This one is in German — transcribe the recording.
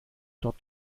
dort